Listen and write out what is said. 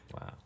Wow